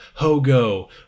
hogo